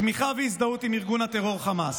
תמיכה והזדהות עם ארגון הטרור חמאס.